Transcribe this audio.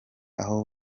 aho